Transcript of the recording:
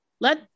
let